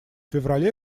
феврале